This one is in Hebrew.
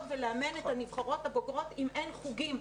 ולאמן את הנבחרות הבוגרות אם אין חוגים.